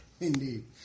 Indeed